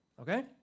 okay